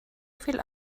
viel